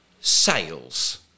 sales